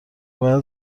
باید